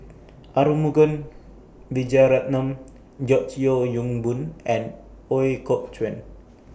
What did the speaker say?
Arumugam Vijiaratnam George Yeo Yong Boon and Ooi Kok Chuen